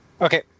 Okay